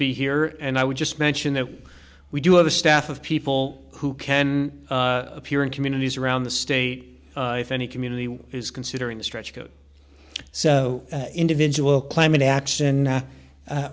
be here and i would just mention that we do have a staff of people who can appear in communities around the state if any community is considering the stretch go so individual climate action